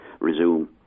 resume